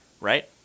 right